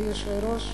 יושבי-ראש.